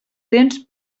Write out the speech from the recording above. temps